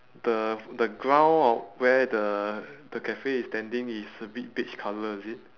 the the ground on where the the cafe is standing is a bit beige colour is it